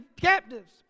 captives